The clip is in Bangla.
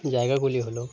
জায়গাগুলি হলো